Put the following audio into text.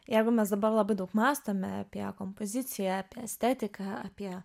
jeigu mes dabar labai daug mąstome apie kompoziciją apie estetiką apie